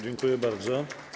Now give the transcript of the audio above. Dziękuję bardzo.